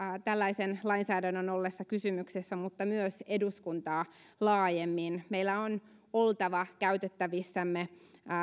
tällaisen lainsäädännön ollessa kysymyksessä mutta myös eduskuntaa laajemmin meillä on oltava käytettävissämme